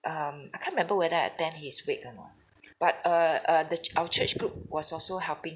um I can't remember whether I attend his wake or not but err err the ch~ our church group was also helping